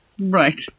Right